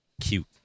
cute